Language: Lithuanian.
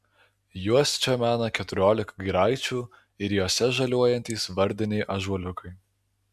juos čia mena keturiolika giraičių ir jose žaliuojantys vardiniai ąžuoliukai